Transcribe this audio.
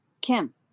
Kim